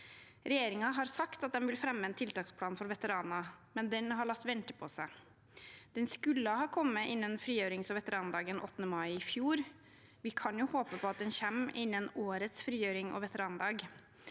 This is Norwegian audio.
Regjeringen har sagt at den vil fremme en tiltaksplan for veteraner, men den har latt vente på seg. Den skulle ha kommet innen frigjørings- og veterandagen 8. mai i fjor. Vi kan jo håpe at den kommer innen årets frigjørings- og veterandag.